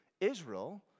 Israel